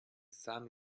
sun